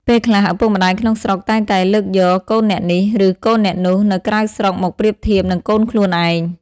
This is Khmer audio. ពេលខ្លះ ឪពុកម្តាយក្នុងស្រុកតែងតែលើកយក "កូនអ្នកនេះ" ឬ "កូនអ្នកនោះ" នៅក្រៅស្រុកមកប្រៀបធៀបនឹងកូនខ្លួនឯង។